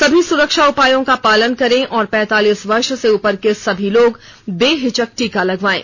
सभी सुरक्षा उपायों का पालन करें और पैंतालीस वर्ष से उपर के सभी लोग बेहिचक टीका लगवायें